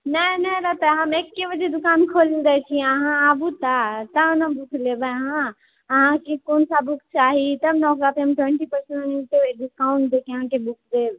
नहिं नहि रहतै हम एके बजे दुकान खोलि दै छी अहाँ आबू तऽ तहन ने बुक लेबै अहाँ अहाँकेॅं क़ोन सा बुक चाही तब ने ओकरा पर ट्वेंटी पर्सेंट डिस्काउंट दैक अहाँकेॅं बुक देब